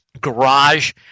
garage